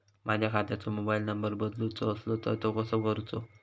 माझ्या खात्याचो mobile number बदलुचो असलो तर तो कसो करूचो?